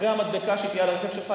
אחרי המדבקה שתהיה על הרכב שלך,